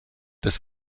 des